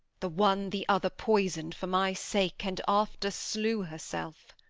the one the other poisoned for my sake, and after slew herself.